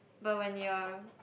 but when you are